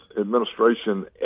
administration